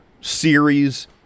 series